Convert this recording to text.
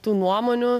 tų nuomonių